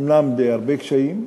אומנם בהרבה קשיים.